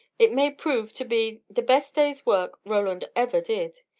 it may prove to be the best day's work roland ever did.